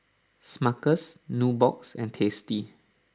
Smuckers Nubox and Tasty